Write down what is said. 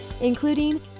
including